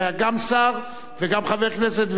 שהיה גם שר וגם חבר הכנסת,